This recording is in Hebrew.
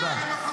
תודה.